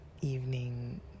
evening